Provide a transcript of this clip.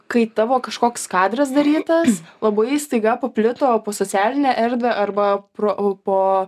kai tavo kažkoks kadras darytas labai staiga paplito po socialinę erdvę arba pro po